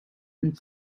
and